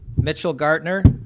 mitchel gartner